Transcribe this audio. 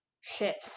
Ships